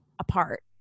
apart